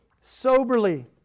soberly